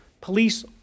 police